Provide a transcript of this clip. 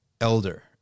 elder